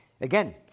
Again